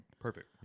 Perfect